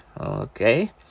okay